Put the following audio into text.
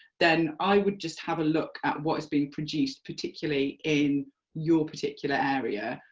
then i would just have a look at what is being produced particularly in your particular area,